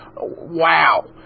wow